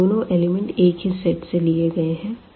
यह दोनों एलिमेंट एक ही सेट से लिए गए हैं